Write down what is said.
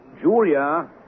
Julia